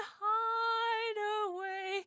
hideaway